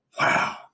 wow